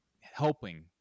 helping